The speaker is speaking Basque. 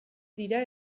dira